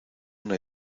una